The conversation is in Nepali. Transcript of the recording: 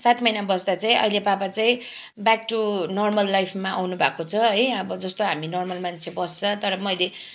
सात महिना बस्दा चाहिँ अहिले पापा चाहिँ ब्याक टु नर्मल लाइफमा आउनु भएको छ है अब जस्तो हामी नर्मल मान्छे बस्छ तर मैले